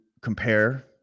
compare